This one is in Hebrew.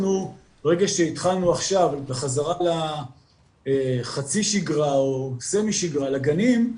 ברגע שהתחלנו עכשיו את החזרה לחצי שגרה או סמי-שגרה לגנים,